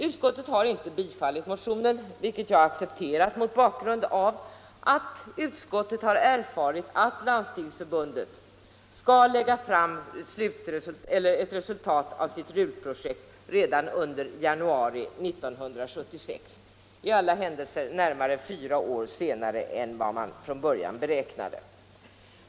Utskottet har inte tillstyrkt motionen, vilket jag har accepterat mot bakgrund av att utskottet har erfarit att Landstingsförbundet skall lägga fram ett resultat av sitt RUL-projekt redan under januari 1976 — i alla händelser närmare fyra år senare än man från början beräknade.